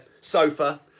sofa